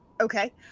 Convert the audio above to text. okay